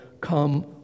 come